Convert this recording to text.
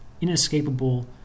inescapable